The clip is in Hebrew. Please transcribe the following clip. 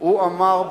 הוא אמר,